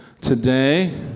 today